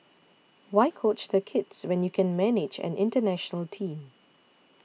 why coach the kids when you can manage an international Team